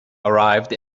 arrived